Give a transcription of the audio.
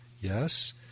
yes